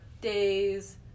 days